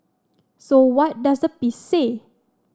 so what does the piece say